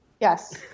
Yes